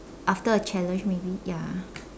after a challenge maybe ya